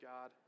God